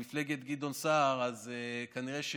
מפלגת גדעון סער, אז כנראה,